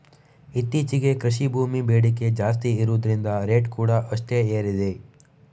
ಇತ್ತೀಚೆಗೆ ಕೃಷಿ ಭೂಮಿ ಬೇಡಿಕೆ ಜಾಸ್ತಿ ಇರುದ್ರಿಂದ ರೇಟ್ ಕೂಡಾ ಅಷ್ಟೇ ಏರಿದೆ